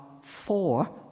four